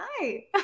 hi